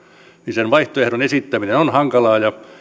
sen vaihtoehdon esittäminen on hankalaa ja